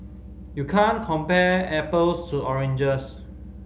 you can't compare apples to oranges